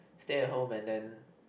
stay at home and then